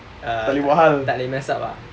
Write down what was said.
paling mahal